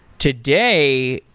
today,